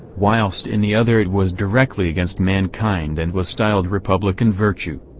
whilst in the other it was directly against mankind and was styled republican virtue.